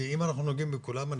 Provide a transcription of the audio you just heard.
כי אם אנחנו נוגעים בכולם,